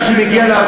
אתה טועה.